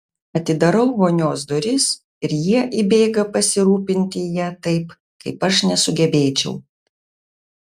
atidarau vonios duris ir jie įbėga pasirūpinti ja taip kaip aš nesugebėčiau